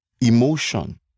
emotion